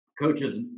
coaches